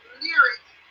lyrics